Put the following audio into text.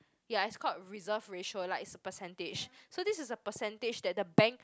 ya it's called reserve ratio like it's a percentage so this is a percentage that the bank